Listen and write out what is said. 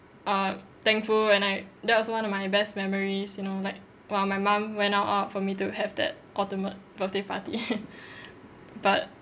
uh thankful and I that was one of my best memories you know like !wow! my mom went all out for me to have that ultimate birthday party but